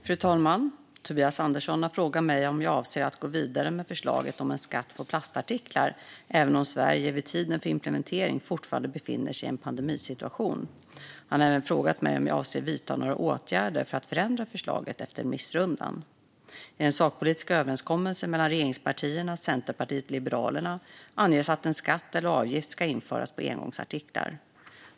Fru talman! har frågat mig om jag avser att gå vidare med förslaget om en skatt på plastartiklar även om Sverige vid tiden för implementeringen fortfarande befinner sig i en pandemisituation. Han har även frågat mig om jag avser att vidta några åtgärder för att förändra förslaget efter remissrundan. I den sakpolitiska överenskommelsen mellan regeringspartierna, Centerpartiet och Liberalerna anges att en skatt eller avgift ska införas på engångsartiklar.